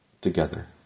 together